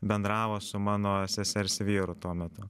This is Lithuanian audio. bendravo su mano sesers vyru tuo metu